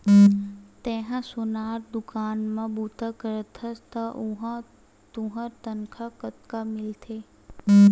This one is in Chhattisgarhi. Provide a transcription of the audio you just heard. तेंहा सोनार दुकान म बूता करथस त उहां तुंहर तनखा कतका मिलथे?